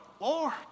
Lord